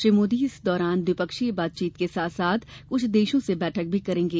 श्री मोदी इस दौरान द्विपक्षीय बातचीत के साथ साथ कुछ देशों से बैठक भी करेंगे